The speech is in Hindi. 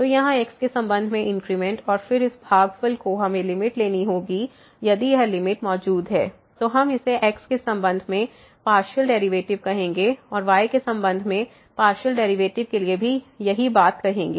तो यहाँ x के संबंध में इंक्रीमेंट और फिर इस भागफल को हमें लिमिट लेनी होगी यदि यह लिमिट मौजूद है तो हम इसे x के संबंध में पार्शियल डेरिवेटिव कहेंगे और y के संबंध में पार्शियल डेरिवेटिव के लिए भी यही बात कहेंगे